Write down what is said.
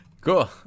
Cool